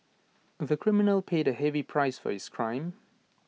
of the criminal paid A heavy price for his crime